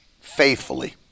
faithfully